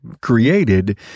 created